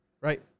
Right